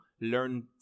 learn